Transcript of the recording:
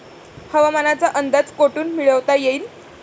हवामानाचा अंदाज कोठून मिळवता येईन?